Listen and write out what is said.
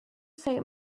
saint